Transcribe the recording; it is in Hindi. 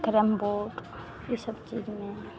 कैरम बोर्ड इस सब चीज़ में